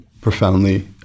profoundly